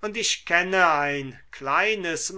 und ich kenne ein kleines